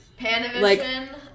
Panavision